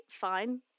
fine